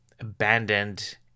abandoned